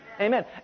Amen